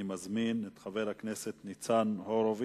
אני מזמין את חבר הכנסת ניצן הורוביץ.